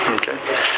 Okay